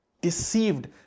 deceived